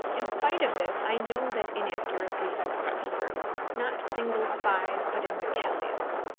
in spite of this i know that inaccuracies have crept through not single spies, but in battalions.